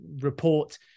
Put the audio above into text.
report